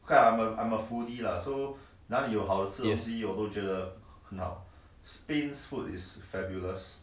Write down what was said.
yes